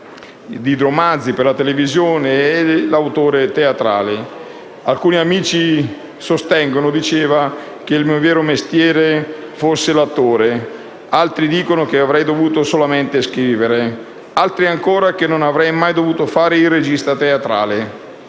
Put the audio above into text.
di romanzi per la televisione e l'autore teatrale. Diceva inoltre: «Alcuni amici sostengono che il mio vero mestiere è l'attore. Altri dicono che avrei dovuto solamente scrivere. Altri ancora che non dovrei mai più fare il regista teatrale.